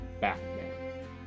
Batman